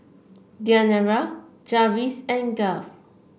Diandra Jarvis and Garth